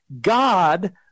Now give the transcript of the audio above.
God